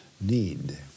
need